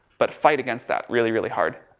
but fight against that really, really hard.